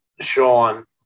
Sean